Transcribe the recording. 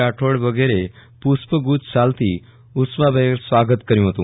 રાઠોડે વગેરે પુષ્પગુચ્છ શાલથી ઉષ્માભેર સ્વાગત કર્યું હતું